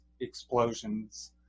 explosions